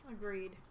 Agreed